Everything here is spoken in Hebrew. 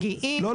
לא,